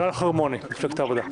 ערן חרמוני, מפלגת העבודה.